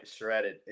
shredded